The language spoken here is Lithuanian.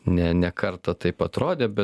ne ne kartą taip atrodė bet